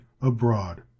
abroad